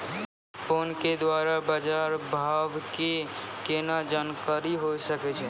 Phone के द्वारा बाज़ार भाव के केना जानकारी होय सकै छौ?